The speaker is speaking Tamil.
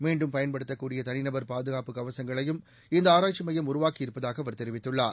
மீண்டும் பயன்படுத்தக்கூடிய தனிநபர் பாதுகாப்பு கவசங்களையும் இந்த ஆராய்ச்சி மையம் உருவாக்கி இருப்பதாக அவர் தெரிவித்துள்ளார்